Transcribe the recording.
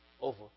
over